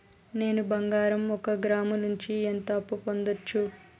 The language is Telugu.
నేను బంగారం ఒక గ్రాము నుంచి ఎంత అప్పు పొందొచ్చు